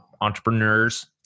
entrepreneurs